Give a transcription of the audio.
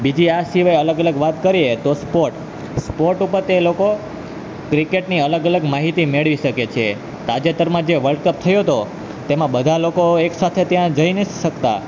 બીજી આ સિવાય અલગ અલગ વાત કરીએ તો સ્પોટ સ્પોટ ઉપર તે લોકો ક્રિકેટની અલગ અલગ માહિતી મેળવી શકે છે તાજેતરમાં જે વલ્ડ કપ થયો તો તેમાં બધા લોકો એક સાથે ત્યાં જઈ નથી શકતા